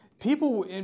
People